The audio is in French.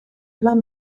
pleins